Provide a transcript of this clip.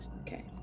Okay